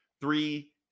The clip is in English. three